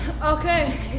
Okay